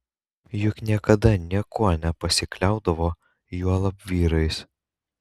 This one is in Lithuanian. juk niekada niekuo nepasikliaudavo juolab vyrais